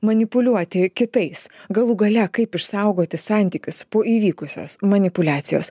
manipuliuoti kitais galų gale kaip išsaugoti santykius po įvykusios manipuliacijos